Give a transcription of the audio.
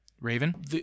Raven